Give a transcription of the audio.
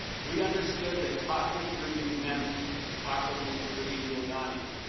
we understood that talk with rudy meant talk with mr. rudy giuliani.